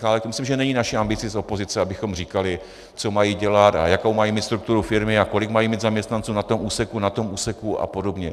To myslím, že není naší ambicí z opozice, abychom říkali, co mají dělat a jakou mají mít strukturu firmy a kolik mají mít zaměstnanců na tom úseku, na tom úseku apod.